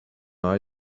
are